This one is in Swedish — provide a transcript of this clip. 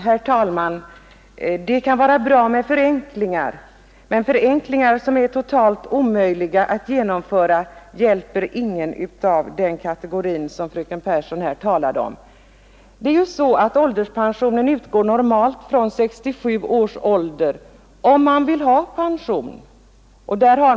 Herr talman! Det kan vara bra med förenklingar, men förenklingar som är totalt omöjliga att genomföra hjälper ingen av den kategori som fröken Pehrsson här talar om. Ålderspension utgår normalt från 67 års ålder.